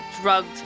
drugged